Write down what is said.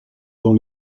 dans